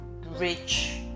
rich